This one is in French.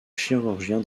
chirurgien